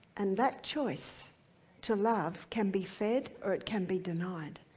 and that choice to love can be fed or it can be denied.